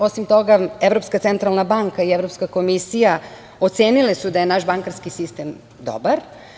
Osim toga, evropska Centralna banka i Evropska komisija ocenile su da je naš bankarski sistem dobar.